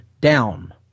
down